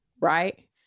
right